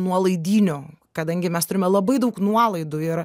nuolaidynių kadangi mes turime labai daug nuolaidų ir